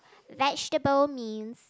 vegetable means